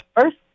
first